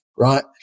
Right